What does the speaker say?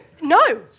No